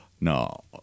no